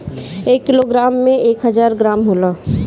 एक किलोग्राम में एक हजार ग्राम होला